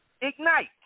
ignite